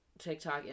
tiktok